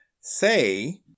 say